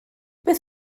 beth